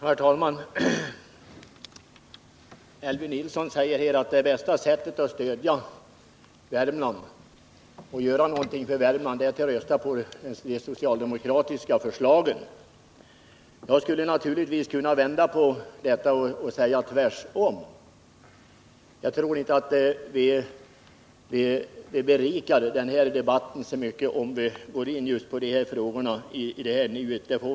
Herr talman! Elvy Nilsson säger att det bästa sättet att göra någonting för Värmland är att rösta på de socialdemokratiska förslagen. Jag skulle naturligtvis kunna vända på det och säga tvärtom. Men jag tror inte att det berikar den här debatten särskilt mycket, om vi går in på dessa frågor nu.